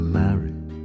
married